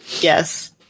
yes